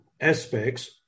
aspects